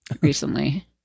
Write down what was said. recently